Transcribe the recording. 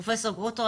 פרופ' גרוטו,